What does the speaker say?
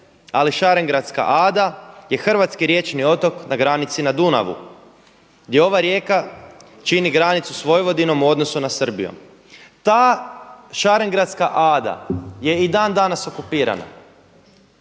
ali Šarengradska ada je hrvatski riječni otok na granici na Dunavu, gdje ova rijeka čini granicu s Vojvodinom odnosno sa Srbijom. Ta Šarengradska ada je i dan danas okupirana.